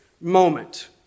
moment